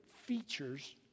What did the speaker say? features